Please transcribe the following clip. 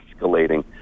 escalating